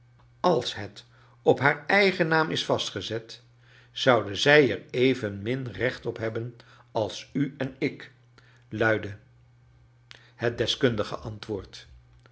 als het op haar eigen naam is vastgezet zouden zij er evenmin recht op hebben als u en ik luidde het deskundige antwoord